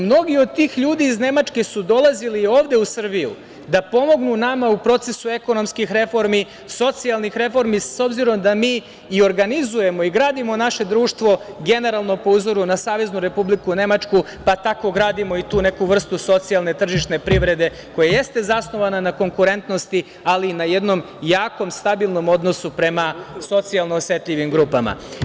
Mnogi od tih ljudi su dolazili ovde u Srbiju da pomognu nama u procesu ekonomskih reformi, socijalnih reformi s obzirom da mi i organizujemo i gradimo naše društvo generalno po uzoru na Saveznu Republiku Nemačka pa tako gradimo i tu neku vrstu socijalne, tržišne privrede koja jeste zasnovana na konkurentnosti, ali i na jednom jakom, stabilnom odnosu prema socijalno osetljivim grupama.